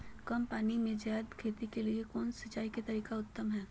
कम पानी में जयादे खेती के लिए कौन सिंचाई के तरीका उत्तम है?